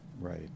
Right